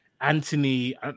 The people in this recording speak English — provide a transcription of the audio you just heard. Anthony